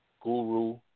Guru